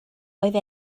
oedd